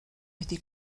wedi